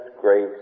grace